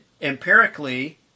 empirically